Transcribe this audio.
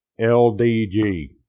LDG